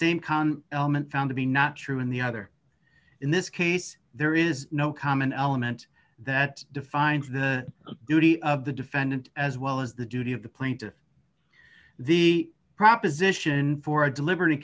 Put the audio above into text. same con element found to be not true in the other in this case there is no common element that defines the duty of the defendant as well as the duty of the plaintiff the proposition for a deliber